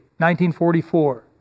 1944